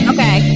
Okay